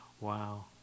Wow